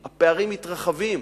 מתרחבים.